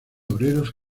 obreros